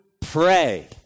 pray